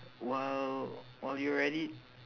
while while you're at it